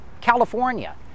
California